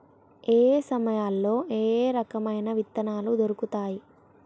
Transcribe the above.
ఏయే సమయాల్లో ఏయే రకమైన విత్తనాలు దొరుకుతాయి?